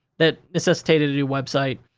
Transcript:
that necessitated a new website.